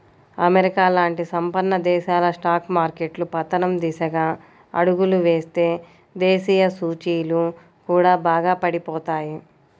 America లాంటి సంపన్న దేశాల స్టాక్ మార్కెట్లు పతనం దిశగా అడుగులు వేస్తే దేశీయ సూచీలు కూడా బాగా పడిపోతాయి